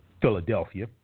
Philadelphia